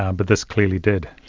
um but this clearly did.